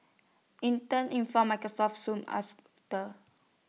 Intel informed Microsoft soon after